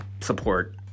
support